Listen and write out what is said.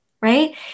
right